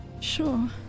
Sure